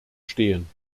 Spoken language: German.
stehen